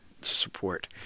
support